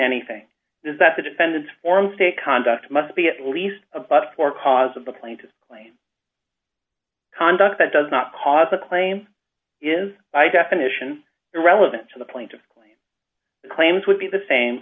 anything is that the defendant's form state conduct must be at least above for cause of the plaintiff claim conduct that does not cause a claim is by definition irrelevant to the point the claims would be the same